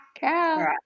Cow